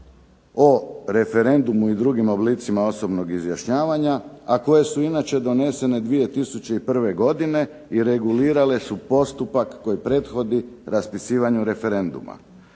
o referendumu i drugim oblicima drugog izjašnjavanja, a koje su inače donešene 2001. godine i regulirale su postupak koji prethodi raspisivanju referenduma.